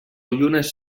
llunes